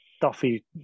Duffy